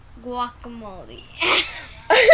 Guacamole